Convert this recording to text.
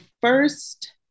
first